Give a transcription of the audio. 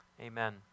amen